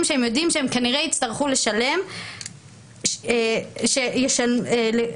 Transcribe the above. שהם יודעים שהם כנראה יצטרכו לשלם על ההחלטה.